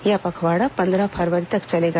यह पखवाड़ा पन्द्रह फरवरी तक चलेगा